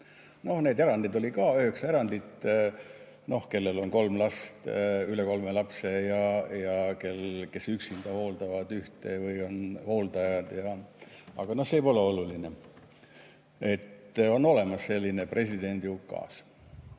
Need erandid olid ka, üheksa erandit: kellel on kolm last või üle kolme lapse ja kes üksinda hooldavad ühte või on hooldajad. Aga no see pole oluline. On olemas selline presidendi ukaas. Ja